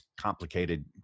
complicated